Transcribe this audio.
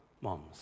moms